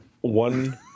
one